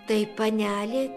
tai panelė